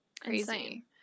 crazy